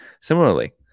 Similarly